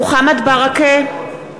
(קוראת בשמות חברי הכנסת) מוחמד ברכה,